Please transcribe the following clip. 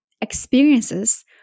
experiences